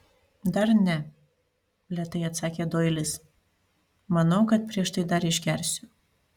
dar ne lėtai atsakė doilis manau kad prieš tai dar išgersiu